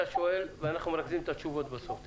אתה שואל ואנחנו מנתבים את התשובות בסוף.